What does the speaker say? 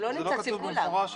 זה לא כתוב במפורש,